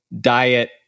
diet